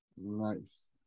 Nice